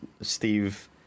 Steve